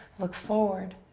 look forward.